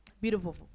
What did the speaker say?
Beautiful